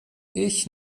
ich